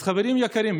אז חברים יקרים,